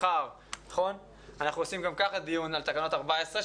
מחר אנחנו מקיימים גם ככה דיון על תקנות מס' 14,